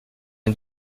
une